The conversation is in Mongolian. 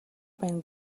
байна